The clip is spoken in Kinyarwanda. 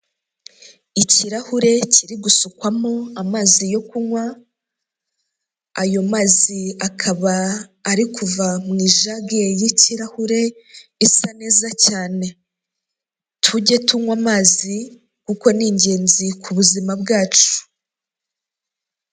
Ikirahure kiri gusukwamo amazi yo kunywa, ayo mazi akaba ari kuva mu ijage y'ikirahure, isa neza cyane. Tujye tunywa amazi kuko ni ingenzi ku buzima bwacu.